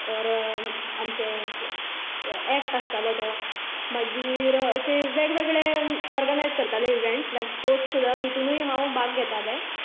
आमचो एक्ट आसतालो जो तो मागीर अशें वेगवेगळें ओर्गनायज करताले इवँट्स स्पोट्स सुद्दां तातुंतय हांव भाग घेताले